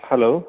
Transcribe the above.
hello